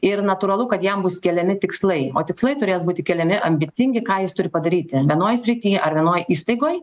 ir natūralu kad jam bus keliami tikslai o tikslai turės būti keliami ambicingi ką jis turi padaryti vienoj srity ar vienoj įstaigoj